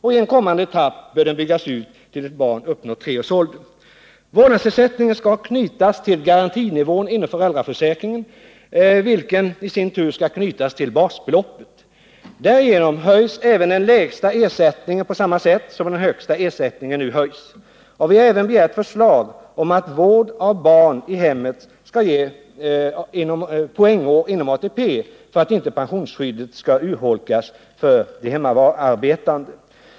I en kommande etapp bör den byggas ut så att den gäller till dess att barn uppnår tre års ålder. ringen, vilken i sin tur skall knytas till basbeloppet. Därigenom höjs även den lägsta ersättningen på samma sätt som den högsta ersättningen nu höjs. Vi har även begärt förslag om att vård av barn i hemmet skall ge poängår inom ATP för att inte pensionsskyddet skall urholkas för de hemarbetande.